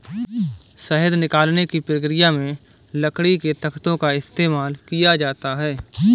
शहद निकालने की प्रक्रिया में लकड़ी के तख्तों का इस्तेमाल किया जाता है